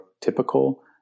typical